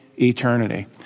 eternity